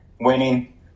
winning